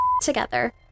together